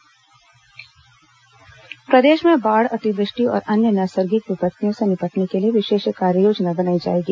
आपदा बैठक प्रदेश में बाढ़ अतिवृष्टि और अन्य नैसर्गिक विपत्तियों से निपटने के लिए विशेष कार्ययोजना बनाई जाएगी